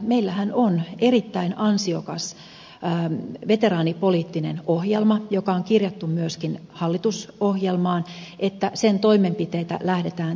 meillähän on erittäin ansiokas veteraanipoliittinen ohjelma josta on kirjattu myöskin hallitusohjelmaan että sen toimenpiteitä lähdetään toteuttamaan